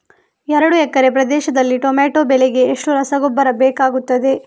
ಎರಡು ಎಕರೆ ಪ್ರದೇಶದಲ್ಲಿ ಟೊಮ್ಯಾಟೊ ಬೆಳೆಗೆ ಎಷ್ಟು ರಸಗೊಬ್ಬರ ಬೇಕಾಗುತ್ತದೆ?